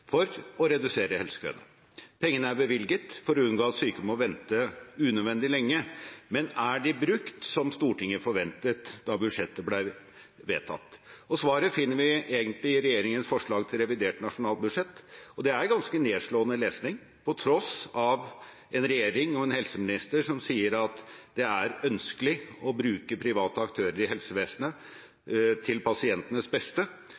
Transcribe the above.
for å redusere helsekøene. Pengene er bevilget for å unngå at syke må vente unødvendig lenge. Men er de brukt som Stortinget forventet da budsjettet ble vedtatt? Svaret finner vi egentlig i regjeringens forslag til revidert nasjonalbudsjett, og det er ganske nedslående lesning. På tross av en regjering og en helseminister som sier at det er ønskelig å bruke private aktører i helsevesenet til pasientenes beste,